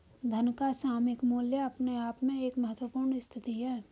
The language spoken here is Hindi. धन का सामयिक मूल्य अपने आप में एक महत्वपूर्ण स्थिति है